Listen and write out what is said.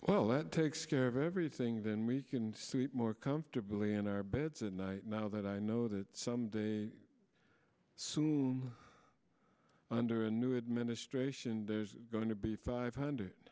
well that takes care of everything then we can see more comfortably in our beds and night now that i know that some day soon under a new administration there's going to be five hundred